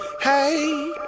Hey